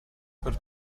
per